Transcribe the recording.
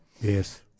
yes